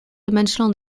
dimensional